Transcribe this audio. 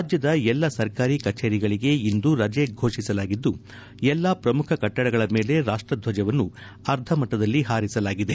ರಾಜ್ಯದ ಎಲ್ಲಾ ಸರ್ಕಾರಿ ಕಚೇರಿಗಳಿಗೆ ಇಂದು ರಜೆ ಫೋಷಿಸಲಾಗಿದ್ದು ಎಲ್ಲಾ ಪ್ರಮುಖ ಕಟ್ಟಡಗಳ ಮೇಲೆ ರಾಷ್ಟ್ರಧ್ವಜವನ್ನು ಅರ್ಧಮಟ್ಟದಲ್ಲಿ ಹಾರಿಸಲಾಗಿದೆ